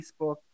Facebook